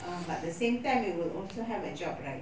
um but the same time you will also have a job right